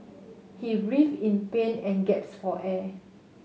he writhed in pain and gaps for air